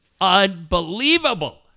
unbelievable